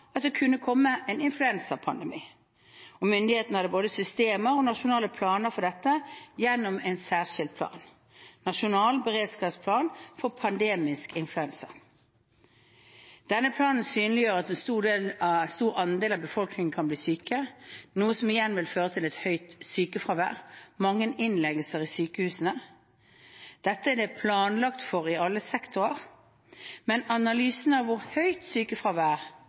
kunne komme en influensapandemi, og myndighetene hadde både systemer og nasjonale planer for dette gjennom en særskilt plan: Nasjonal beredskapsplan for pandemisk influensa. Denne planen synliggjør at en stor andel av befolkningen kan bli syke, noe som igjen vil føre til et høyt sykefravær og mange innleggelser i sykehusene. Dette er det planlagt for i alle sektorer, men analysene av hva et høyt sykefravær